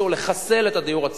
ניסו לחסל את הדיור הציבורי.